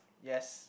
yes